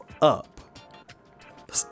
up